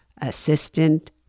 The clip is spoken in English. assistant